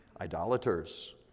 Idolaters